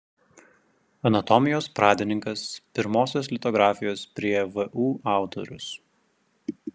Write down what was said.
anatomijos pradininkas pirmosios litografijos prie vu autorius